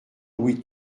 louis